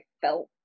felt